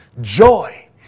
joy